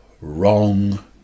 wrong